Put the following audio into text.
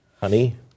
honey